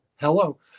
hello